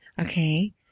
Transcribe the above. okay